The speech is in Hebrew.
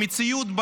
במציאות,